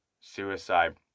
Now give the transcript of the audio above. suicide